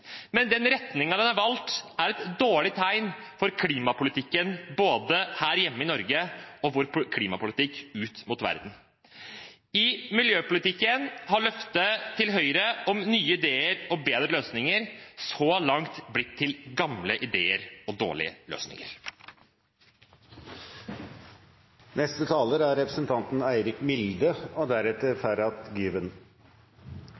men den retningen den har valgt, er et dårlig tegn for klimapolitikken, både den her hjemme i Norge og vår klimapolitikk ut mot verden. I miljøpolitikken har løftet til Høyre om nye ideer og bedre løsninger så langt blitt til gamle ideer og dårlige løsninger. Når ny politikk skal utformes, er